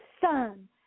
son